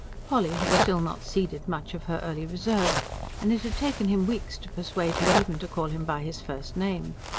polly had still not ceded much of her early reserve and it had taken him weeks to persuade her even to call him by his first name.